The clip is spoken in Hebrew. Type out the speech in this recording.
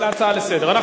הצעה לסדר-היום.